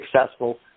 successful